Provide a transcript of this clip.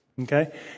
Okay